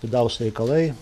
vidaus reikalai